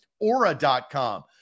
Aura.com